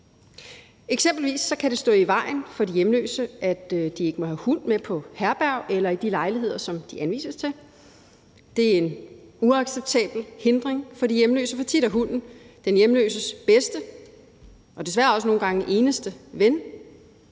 Eksempelvis kan det stå i vejen for de hjemløse, at de ikke må have hund med på herberg eller i de lejligheder, som de anvises til. Det er en uacceptabel hindring for de hjemløse, for tit er hunden den hjemløses bedste og desværre også nogle gange eneste ven.